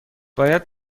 باید